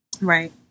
Right